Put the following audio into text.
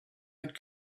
had